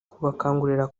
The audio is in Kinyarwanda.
kubakangurira